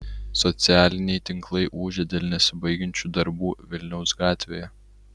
socialiniai tinklai ūžia dėl nesibaigiančių darbų vilniaus gatvėje